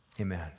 amen